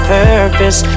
purpose